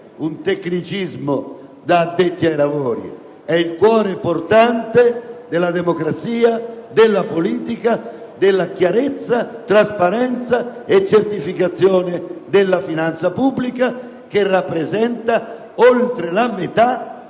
un tecnicismo da addetti ai lavori: è il cuore portante della democrazia, della politica, della chiarezza, trasparenza e certificazione della finanza pubblica, che rappresenta oltre la metà